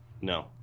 No